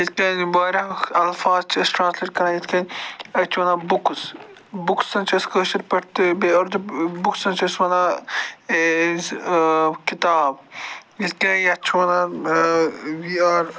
یِتھ کٔنۍ یِم واریاہ الفاظ چھِ أسۍ ٹرٛانٕسلیٹ کَران یِتھ کٔنۍ أسۍ چھِ وَنان بُکٕس بُکسَن چھِ أسۍ کٲشٕر پٲٹھۍ بُکسَن چھِ أسۍ وَنان کِتاب یِتھ کٔنۍ یَتھ چھِ وَنان وِی آر